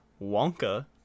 Wonka